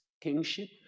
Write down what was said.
kingship